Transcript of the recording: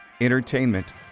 entertainment